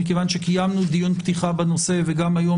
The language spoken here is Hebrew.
מכיוון שקיימנו דיון פתיחה בנושא וגם היום